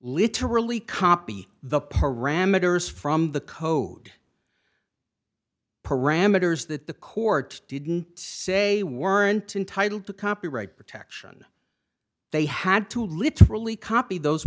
literally copy the parameters from the code parameters that the court didn't say weren't entitle to copyright protection they had to literally copy those